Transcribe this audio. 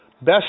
Best